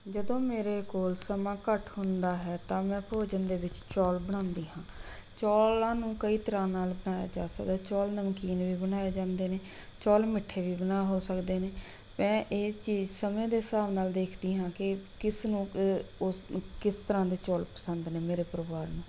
ਜਦੋਂ ਮੇਰੇ ਕੋਲ ਸਮਾਂ ਘੱਟ ਹੁੰਦਾ ਹੈ ਤਾਂ ਮੈਂ ਭੋਜਨ ਦੇ ਵਿੱਚ ਚੌਲ ਬਣਾਉਂਦੀ ਹਾਂ ਚੌਲਾਂ ਨੂੰ ਕਈ ਤਰ੍ਹਾਂ ਨਾਲ ਬਣਾਇਆ ਜਾ ਸਕਦਾ ਹੈ ਚੌਲ ਨਮਕੀਨ ਵੀ ਬਣਾਏ ਜਾਂਦੇ ਨੇ ਚੌਲ ਮਿੱਠੇ ਵੀ ਬਣਾ ਹੋ ਸਕਦੇ ਨੇ ਮੈਂ ਇਹ ਚੀਜ਼ ਸਮੇਂ ਦੇ ਹਿਸਾਬ ਨਾਲ ਦੇਖਦੀ ਹਾਂ ਕਿ ਕਿਸ ਨੂੰ ਉਸ ਕਿਸ ਤਰ੍ਹਾਂ ਦੇ ਚੌਲ ਪਸੰਦ ਨੇ ਮੇਰੇ ਪਰਿਵਾਰ ਨੂੰ